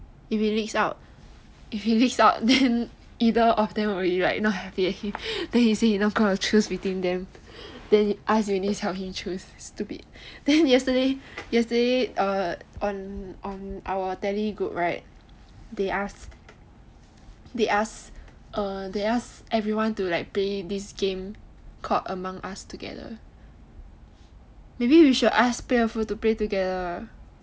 if it leaks out if it leaks out then either of them will be like not happy at him then he say he not going to choose between them then ask eunice help him choose stupid then yesterday yesterday uh on on our tele group right they ask they ask everyone to like play this game called among us together maybe we should ask to play together